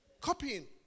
Copying